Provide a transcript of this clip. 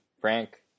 frank